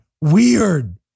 Weird